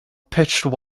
pitched